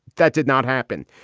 that did not happen.